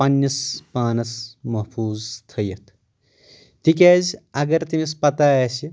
پننس پانس محفوظ تھیِتھ تِکیٛازِ اگر تٔمِس پتہ آسہِ